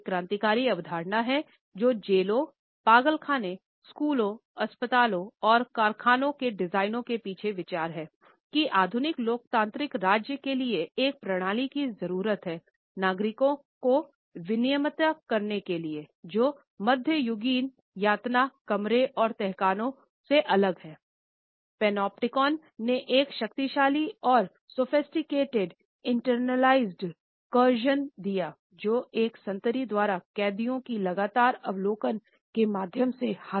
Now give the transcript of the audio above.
एक क्रांतिकारी अवधारणा हैजेलों पागल खाने स्कूलों अस्पतालों और कारख़ानों के डिज़ाइन के पीछे विचार हैं कि आधुनिक लोकतांत्रिक राज्य के लिए एक प्रणाली की जरूरत है नागरिकों को विनियमित करने के लिए जो मध्ययुगीन यातना कमरे और तहखानों से अलग हो